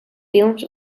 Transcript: films